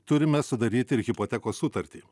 turime sudaryti ir hipotekos sutartį